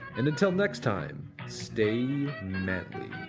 and until next time stay manly